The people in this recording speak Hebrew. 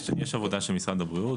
יש עבודה של משרד הבריאות,